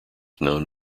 known